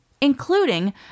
including